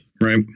right